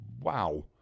wow